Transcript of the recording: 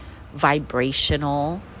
vibrational